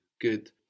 Good